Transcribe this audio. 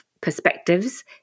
perspectives